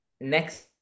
next